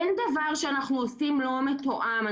אין דבר שאנחנו עושים והוא לא מתואם.